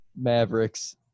Mavericks